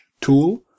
tool